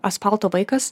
asfalto vaikas